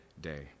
day